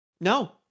No